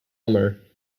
amar